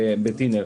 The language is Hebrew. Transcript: בטינר.